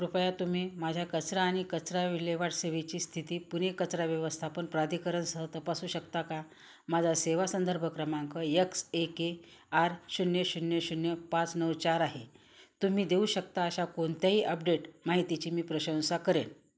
कृपया तुम्ही माझ्या कचरा आणि कचरा विल्हेवाट सेवेची स्थिती पुणे कचरा व्यवस्थापन प्राधिकरणासह तपासू शकता का माझा सेवा संदर्भ क्रमांक यक्स ए के आर शून्य शून्य शून्य पाच नऊ चार आहे तुम्ही देऊ शकता अशा कोणत्याही अपडेट माहितीची मी प्रशंसा करेल